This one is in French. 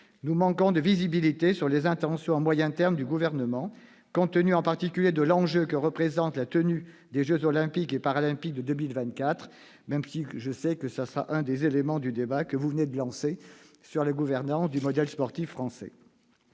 Nous manquons de visibilité sur les intentions à moyen terme du Gouvernement, compte tenu en particulier de l'enjeu que représente la tenue des jeux Olympiques et Paralympiques de 2024, même si je sais que ce sera l'un des éléments du débat que vous venez de lancer sur la gouvernance du modèle sportif français.